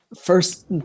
first